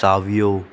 सावो